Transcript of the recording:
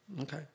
Okay